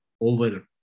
over